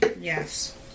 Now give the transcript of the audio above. Yes